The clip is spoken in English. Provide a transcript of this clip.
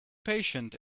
patient